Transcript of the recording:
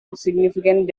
significant